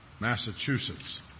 Massachusetts